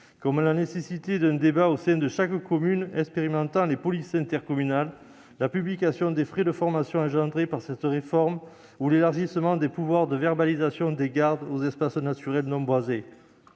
comme la nécessité d'un débat au sein de chaque commune expérimentant les polices intercommunales, la publication des frais de formation engendrés par cette réforme ou l'élargissement des pouvoirs de verbalisation des gardes aux espaces naturels non boisés.